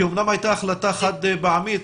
כי אומנם הייתה החלטה חד פעמית,